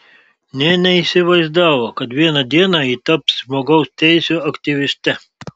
nė neįsivaizdavo kad vieną dieną ji taps žmogaus teisių aktyviste